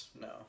No